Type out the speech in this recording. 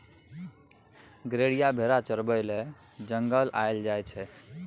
गरेरिया भेरा चराबै लेल जंगल लए जाइ छै